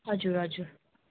हजुर हजुर